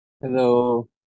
Hello